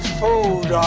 food